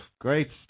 Great